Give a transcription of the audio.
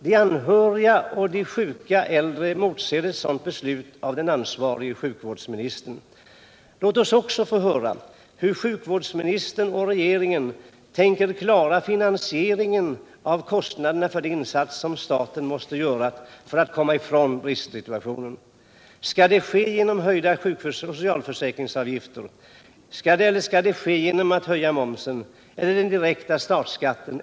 De anhöriga och de sjuka äldre emotser ett sådant beslut av den ansvarige sjukvårdsministern. Låt oss få höra hur sjukvårdsministern och regeringen tänker klara finansieringen av kostnaderna för de insatser som staten måste göra för att komma över bristsituationen. Skall det ske genom höjda socialförsäkringsavgifter? Skall det ske genom att höja momsen? Eller den direkta statsskatten?